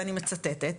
ואני מצטטת,